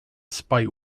spite